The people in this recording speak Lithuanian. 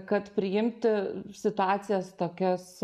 kad priimti situacijas tokias